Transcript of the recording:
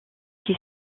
qui